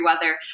weather